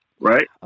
Right